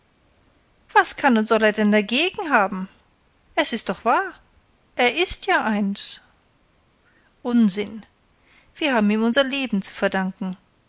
was kann und soll er denn dagegen haben es ist doch wahr er ist ja eins unsinn wir haben ihm unser leben zu verdanken